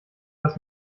das